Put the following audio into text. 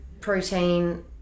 protein